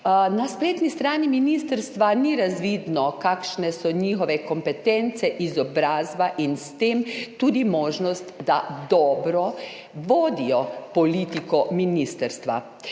Na spletni strani ministrstva ni razvidno, kakšne so njihove kompetence, izobrazba in s tem tudi možnost, da dobro vodijo politiko ministrstva.